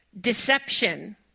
Deception